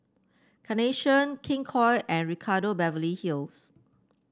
Carnation King Koil and Ricardo Beverly Hills